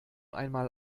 einmal